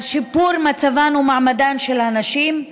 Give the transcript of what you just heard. על שיפור מצבן ומעמדן של הנשים,